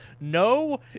No